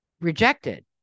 rejected